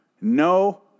No